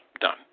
done